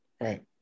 Right